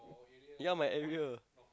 ya my area